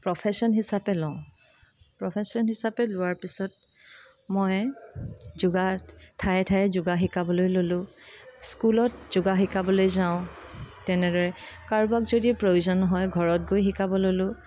profession হিচাপে লওঁ profession হিচাপে লোৱাৰ পিছত মই যোগাত ঠায়ে ঠায়ে যোগা শিকাবলৈ ল'লোঁ স্কুলত যোগা শিকাবলৈ যাওঁ তেনেদৰে কাৰোবাক যদি প্ৰয়োজন হয় ঘৰত গৈ শিকাব ল'লোঁ